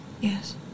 Yes